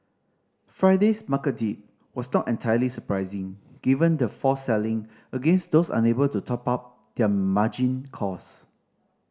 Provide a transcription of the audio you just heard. Friday's market dip was not entirely surprising given the forced selling against those unable to top up their margin calls